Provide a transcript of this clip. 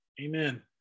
Amen